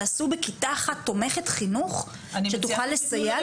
תעשו בכיתה אחת תומכת חינוך שתוכל לסייע.